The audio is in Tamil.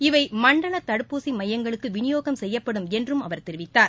இவை மண்டல தடுப்பூசி மையங்களுக்கு விளியோகம் செய்யப்படும் என்றும் அவர் தெரிவித்தார்